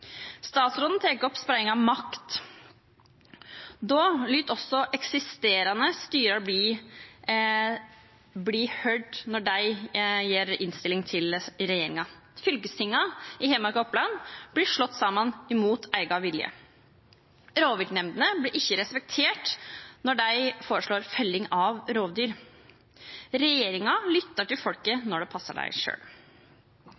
Statsråden tok opp spredning av makt. Da må også eksisterende styrer bli hørt når de avgir innstilling til regjeringen. Fylkestingene i Hedmark og Oppland blir slått sammen mot sin vilje. Rovviltnemndene blir ikke respektert når de foreslår felling av rovdyr. Regjeringen lytter til folket